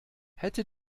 hätte